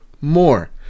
more